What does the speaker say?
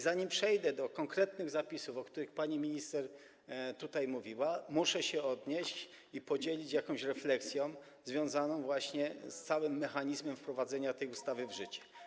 Zanim przejdę do konkretnych zapisów, o których pani minister tutaj mówiła, muszę się odnieść, podzielić jakąś refleksją związaną właśnie z całym mechanizmem wprowadzenia tej ustawy w życie.